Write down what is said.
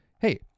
hey